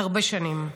הרבה שנים.